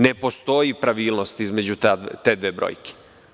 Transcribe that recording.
Ne postoji pravilnost između te dve brojke.